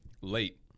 late